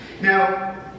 Now